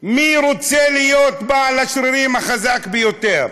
מי רוצה להיות בעל השרירים החזק ביותר,